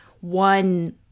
One